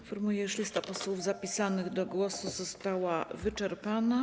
Informuję, iż lista posłów zapisanych do głosu została wyczerpana.